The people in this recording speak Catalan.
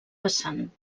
vessant